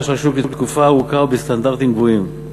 של השוק לתקופה ארוכה ובסטנדרטים גבוהים.